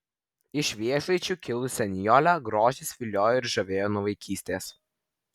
iš vėžaičių kilusią nijolę grožis viliojo ir žavėjo nuo vaikystės